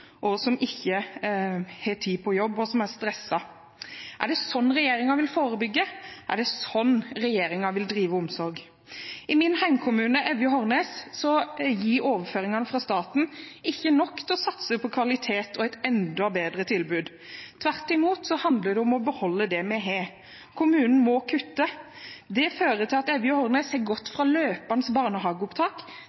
ansatte som ikke har tid på jobb, og som er stresset. Er det slik regjeringen vil forebygge? Er det slik regjeringen vil drive omsorg? I min hjemkommune, Evje og Hornnes, gir overføringene fra staten ikke nok til å satse på kvalitet og et enda bedre tilbud. Tvert imot handler det om å beholde det vi har. Kommunen må kutte. Det fører til at Evje og Hornnes har gått fra løpende barnehageopptak